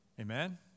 Amen